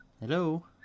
Hello